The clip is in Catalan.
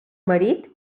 marit